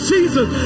Jesus